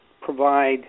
provide